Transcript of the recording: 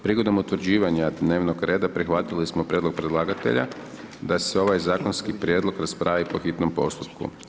Prigodom utvrđivanja dnevnog reda prihvatili smo prijedlog predlagatelja da se ovaj zakonski prijedlog raspravi po hitnom postupku.